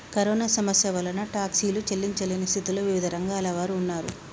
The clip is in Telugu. కరోనా సమస్య వలన టాక్సీలు చెల్లించలేని స్థితిలో వివిధ రంగాల వారు ఉన్నారు